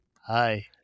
hi